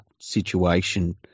situation